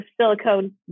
silicone